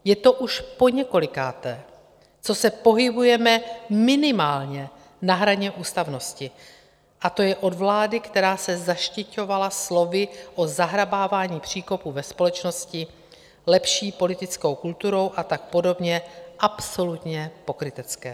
Je to už poněkolikáté, co se pohybujeme minimálně na hraně ústavnosti, a to je od vlády, která se zaštiťovala slovy o zahrabávání příkopu ve společnosti lepší politickou kulturou a tak podobně, absolutně pokrytecké.